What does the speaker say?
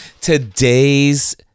today's